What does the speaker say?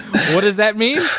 what does that mean?